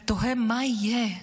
ותוהה מה יהיה.